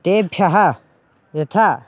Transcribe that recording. तेभ्यः यथा